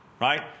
right